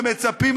ומצפים,